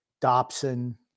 Dobson